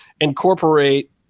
incorporate